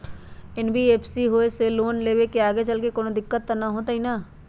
NBFC से loan लेबे से आगेचलके कौनो दिक्कत त न होतई न?